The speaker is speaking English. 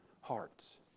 hearts